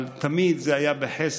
אבל תמיד זה היה בחסר,